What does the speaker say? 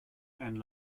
and